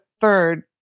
third